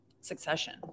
Succession